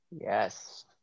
Yes